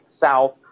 south